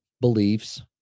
beliefs